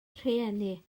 rhieni